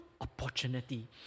opportunity